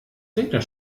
regnet